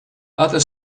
other